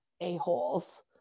a-holes